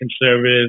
conservative